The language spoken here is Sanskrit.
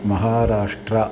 महाराष्ट्रः